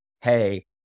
hey